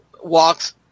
walks